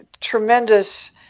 tremendous